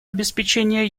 обеспечения